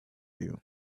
you